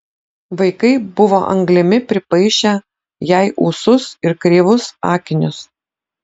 vaikai buvo anglimi pripaišę jai ūsus ir kreivus akinius